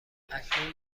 اکنون